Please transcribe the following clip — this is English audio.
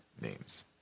names